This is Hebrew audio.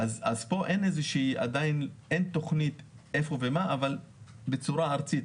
פה עדיין אין תכנית איפה ומה, אבל בצורה ארצית.